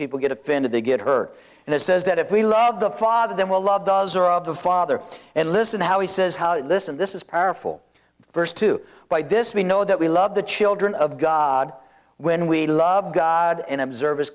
people get offended they get hurt and it says that if we love the father then we'll love does or of the father and listen to how he says listen this is powerful first to buy this we know that we love the children of god when we love god and observe his